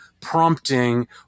prompting